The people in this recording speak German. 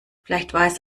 vielleicht